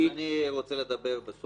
אז אני רוצה לדבר,